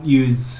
use